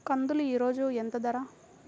కందులు ఈరోజు ఎంత ధర?